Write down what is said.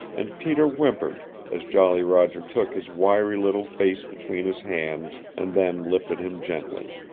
and peter whimpered as jolly roger took his wiry little face between his hands, and then lifted him gently.